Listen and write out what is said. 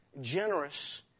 generous